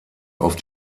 auf